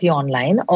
online